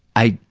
i